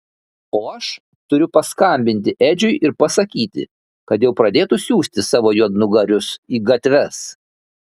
o aš turiu paskambinti edžiui ir pasakyti kad jau pradėtų siųsti savo juodnugarius į gatves